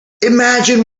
imagine